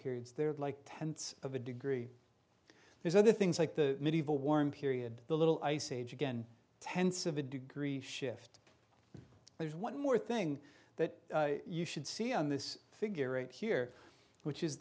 periods they're like tenths of a degree there's other things like the medieval warm period the little ice age again tenths of a degree shift there's one more thing that you should see on this figure eight here which is